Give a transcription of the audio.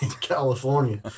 California